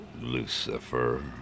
Lucifer